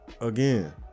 again